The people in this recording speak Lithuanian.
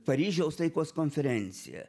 paryžiaus taikos konferencija